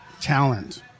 talent